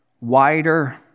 wider